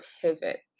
pivot